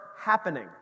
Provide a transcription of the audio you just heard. happening